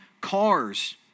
cars